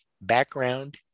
background